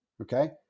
Okay